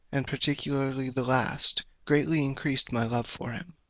and particularly the last, greatly increased my love for him.